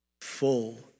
full